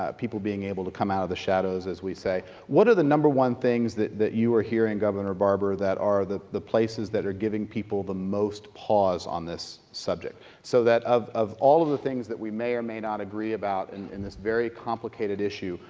ah people being able to come out of the shadows, as we say. what are the number one things that that you are hearing, governor barbour, that are the the places that are giving people the most pause on this subject? so that of of all of the things that we may or may not agree about and in this very complicated issue,